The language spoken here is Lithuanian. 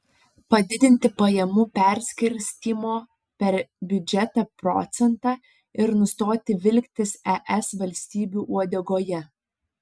padidinti pajamų perskirstymo per biudžetą procentą ir nustoti vilktis es valstybių uodegoje